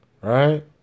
right